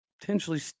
potentially